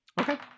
Okay